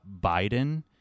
Biden